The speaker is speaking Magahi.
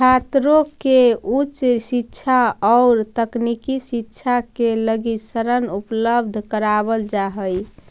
छात्रों के उच्च शिक्षा औउर तकनीकी शिक्षा के लगी ऋण उपलब्ध करावल जाऽ हई